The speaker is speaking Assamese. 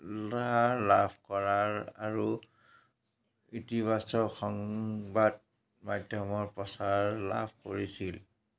লাৰ লাভ কৰা আৰু ইতিবাচক সংবাদ মাধ্যমৰ প্ৰচাৰ লাভ কৰিছিল